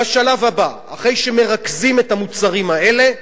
בשלב הבא, אחרי שמרכזים את המוצרים האלה,